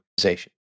organization